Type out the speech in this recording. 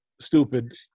stupid